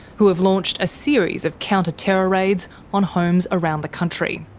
who have launched a series of counter terror raids on homes around the country.